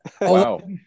wow